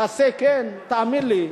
תעשה כן, תאמין לי,